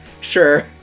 sure